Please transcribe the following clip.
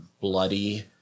bloody